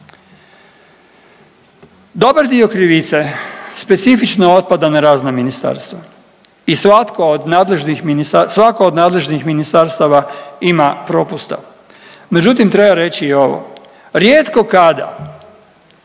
Dobar dio krivice specifično otpada na razna ministarstva i svatko od nadležnih, svako od nadležnih ministarstava ima propusta. Međutim treba reći i ovo, rijetko kada